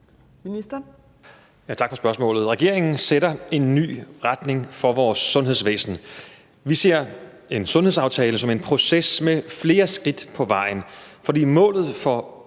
Heunicke): Tak for spørgsmålet. Regeringen sætter en ny retning for vores sundhedsvæsen. Vi ser en sundhedsaftale som en proces med flere skridt på vejen, for målet er